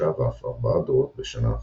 שלושה ואף ארבעה דורות בשנה אחת.